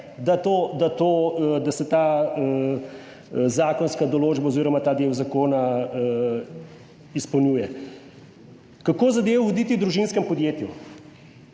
da se ta zakonska določba oziroma ta del zakona izpolnjuje. Kako zadevo voditi v družinskem podjetju?